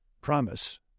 promise—